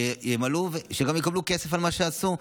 שימלאו ושגם יקבלו כסף על מה שעשו,